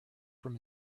from